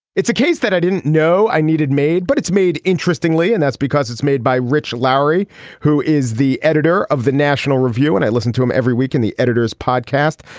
it's a case that i didn't know i needed made but it's made interestingly and that's because it's made by rich lowry who is the editor of the national review and i listen to him every week in the editor's podcast.